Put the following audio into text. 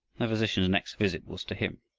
and the physician's next visit was to him.